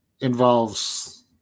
involves